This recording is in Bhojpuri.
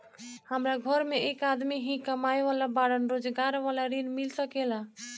हमरा घर में एक आदमी ही कमाए वाला बाड़न रोजगार वाला ऋण मिल सके ला?